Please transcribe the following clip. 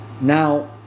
Now